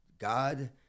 God